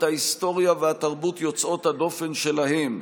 ההיסטוריה והתרבות יוצאות הדופן שלהם,